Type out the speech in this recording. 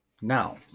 Now